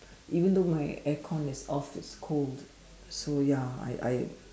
even though my air con is off it's cold so ya I I